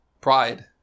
pride